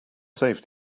save